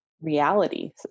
reality